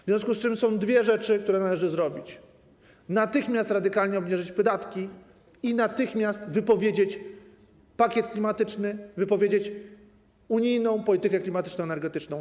W związku z tym są dwie rzeczy, które należy zrobić: natychmiast radykalnie obniżyć podatki i natychmiast wypowiedzieć pakiet klimatyczny, wypowiedzieć unijną politykę klimatyczno-energetyczną.